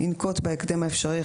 ינקוט בהקדם האפשרי,